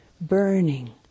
burning